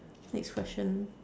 next question